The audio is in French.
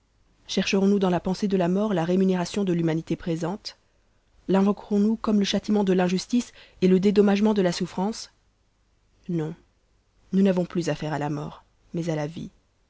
chercherons nous dans la pensée de la mort la rémunération de l'humanité présente l'invoqueronsnous comme le châtiment de l'injustice et le dédommagement de la souffrance non nous n'avons plus affaire à la mort mais à la vie